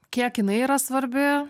kiek jinai yra svarbi